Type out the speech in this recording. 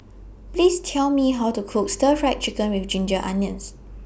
Please Tell Me How to Cook Stir Fried Chicken with Ginger Onions